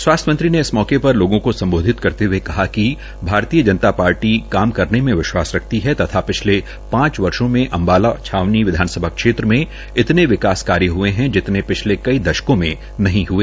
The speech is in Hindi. स्वास्थ्य मंत्री ने इस मौके पर लोगों को सम्बोधित करते हए कहा कि भारतीय जनता पार्टी काम करने में विश्वास रखती है तथा पिछले पांच वर्षो में अम्बाला छावनी विधानसभा क्षेत्र में इतने विकास कार्य हए हैं जितने पिछले कई दशकों में नही हए